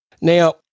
Now